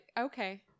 okay